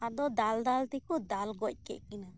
ᱟᱫᱚ ᱫᱟᱞ ᱫᱟᱞ ᱛᱮᱠᱚ ᱫᱟᱞ ᱜᱚᱡ ᱠᱮᱫ ᱠᱤᱱᱟᱹ